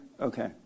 Okay